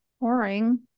Boring